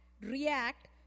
react